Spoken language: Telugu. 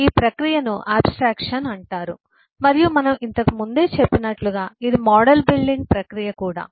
ఈ ప్రక్రియను ఆబ్స్ట్రాక్షన్ అంటారు మరియు మనం ఇంతకు ముందే చెప్పినట్లుగా ఇది మోడల్ బిల్డింగ్ ప్రక్రియ కూడా